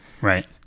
right